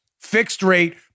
fixed-rate